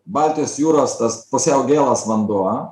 baltijos jūros tas pusiau gėlas vanduo